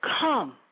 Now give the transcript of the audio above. Come